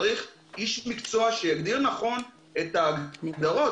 צריך איש מקצוע שיגדיר נכון את ההגדרות.